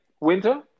winter